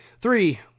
three